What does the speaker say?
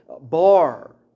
Bar